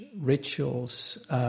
rituals